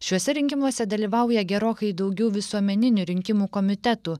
šiuose rinkimuose dalyvauja gerokai daugiau visuomeninių rinkimų komitetų